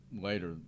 later